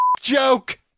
joke